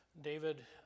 david